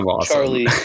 charlie